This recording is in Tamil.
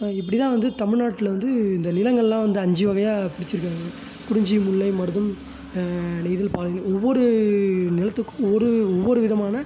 இப்படித்தான் வந்து தமிழ்நாட்டில் வந்து இந்த நிலங்களெலாம் வந்து அஞ்சு வகையாக பிரிச்சுருக்காங்க குறிஞ்சி முல்லை மருதம் நெய்தல் பாலைன்னு ஒவ்வொரு நிலத்துக்கு ஒரு ஒவ்வொரு விதமான